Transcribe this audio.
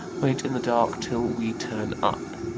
wait in the dark till we turn up.